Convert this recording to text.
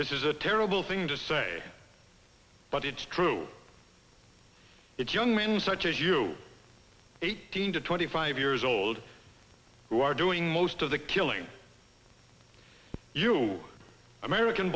this is a terrible thing to say but it's true it's young men such as you eighteen to twenty five years old who are doing most of the killing american